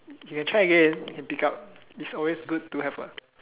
you can try again and pick up its always good to have a